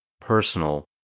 personal